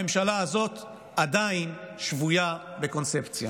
הממשלה הזאת עדיין שבויה בקונספציה.